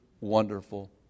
wonderful